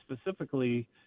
specifically